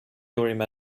your